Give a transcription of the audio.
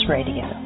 Radio